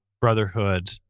brotherhood